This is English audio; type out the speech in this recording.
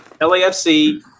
LAFC